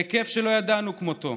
בהיקף שלא ידענו כמותו,